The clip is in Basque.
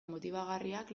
motibagarriak